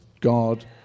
god